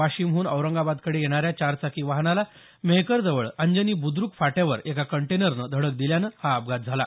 वाशिमहून औरंगाबादकडे येणाऱ्या चारचाकी वाहनाला मेहकरजवळ अंजनी ब्रुद्रक फाट्यावर एका कंटेनरनं धडक दिल्यानं हा अपघात झाला